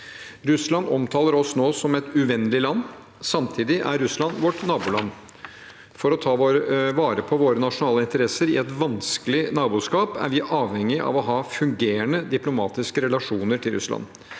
Russland omtaler oss nå som et uvennlig land. Samtidig er Russland vårt naboland. For å ta vare på våre nasjonale interesser i et vanskelig naboskap er vi avhengig av å ha fungerende diplomatiske relasjoner til Russland.